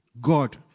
God